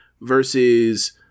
versus